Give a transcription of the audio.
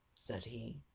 said he,